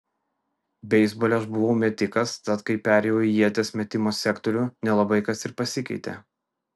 beisbole aš buvau metikas tad kai perėjau į ieties metimo sektorių nelabai kas ir pasikeitė